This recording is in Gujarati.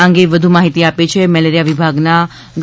આ અંગે વધુ માહિતી આપે છે મેલેરિયા વિભાગના ડૉ